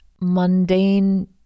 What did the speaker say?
mundane